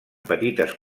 petites